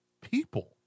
people